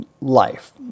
life